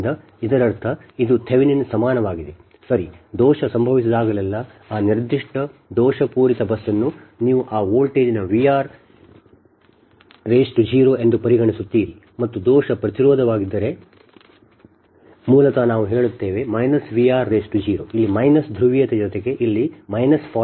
ಆದ್ದರಿಂದ ಇದರರ್ಥ ಇದು ಥೆವೆನಿನ್ ಸಮಾನವಾಗಿದೆ ಸರಿ ದೋಷ ಸಂಭವಿಸಿದಾಗಲೆಲ್ಲಾ ಆ ನಿರ್ದಿಷ್ಟ ದೋಷಪೂರಿತ ಬಸ್ ಅನ್ನು ನೀವು ಆ ವೋಲ್ಟೇಜ್ v r 0 ಎಂದು ಪರಿಗಣಿಸುತ್ತೀರಿ ಮತ್ತು ದೋಷ ಪ್ರತಿರೋಧವಾಗಿದ್ದರೆ ಮೂಲತಃ ನಾವು ಹೇಳುತ್ತೇವೆ v r 0 ಇಲ್ಲಿ ಮೈನಸ್ ಧ್ರುವೀಯತೆ ಜೊತೆಗೆ ಇಲ್ಲಿ ಮೈನಸ್